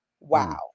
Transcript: wow